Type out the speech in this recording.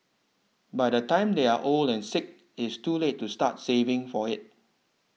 by the time they are old and sick it's too late to start saving for it